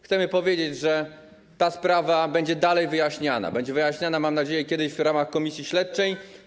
Chcemy powiedzieć, że ta sprawa będzie dalej wyjaśniania, będzie wyjaśniana, mam nadzieję, kiedyś w ramach komisji śledczej.